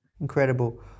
Incredible